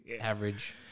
Average